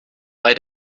bei